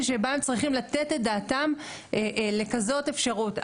שבה הם צריכים לתת את דעתם לכזאת אפשרות.